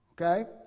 Okay